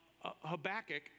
Habakkuk